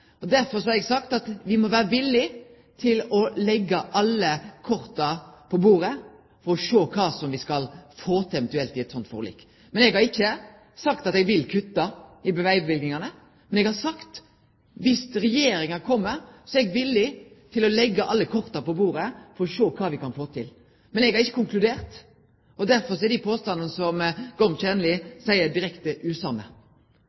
Derfor har eg sagt at me må vere villige til å leggje alle korta på bordet for å sjå kva me eventuelt kan få til i eit sånt forlik. Eg har ikkje sagt at eg vil kutte i vegløyvingane, men eg har sagt at viss Regjeringa vil, er eg villig til å leggje alle korta på bordet for å sjå kva me kan få til. Men eg har ikkje konkludert, og derfor er dei påstandane som